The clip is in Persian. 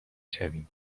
شویم